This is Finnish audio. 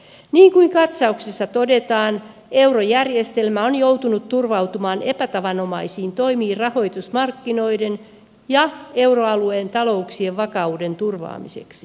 niin kuin katsauksessa todetaan eurojärjestelmä on joutunut turvautumaan epätavanomaisiin toimiin rahoitusmarkkinoiden ja euroalueen talouksien vakauden turvaamiseksi